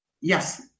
yes